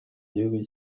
gihugu